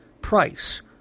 price